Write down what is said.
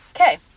Okay